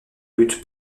lutte